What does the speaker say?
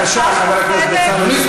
בבקשה, חבר הכנסת בצלאל סמוטריץ.